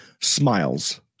smiles